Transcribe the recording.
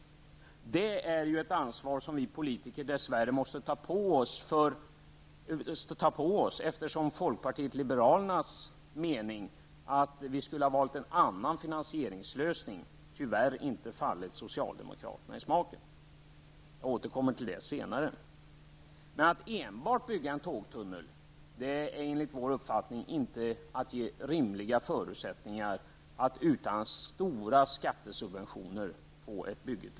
Det är ett ansvar som vi politiker dessvärre måste ta på oss, eftersom folkpartiet liberalernas mening, att vi skulle ha valt en annan finansieringslösning, tyvärr inte fallit socialdemokraterna i smaken. Jag återkommer till det senare. Att enbart bygga en tågtunnel finns det enligt vår uppfattning inte rimliga förutsättningar för utan stora skattesubventioner.